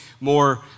more